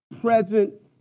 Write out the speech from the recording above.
present